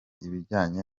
ibijyanye